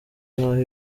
nk’aho